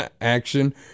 action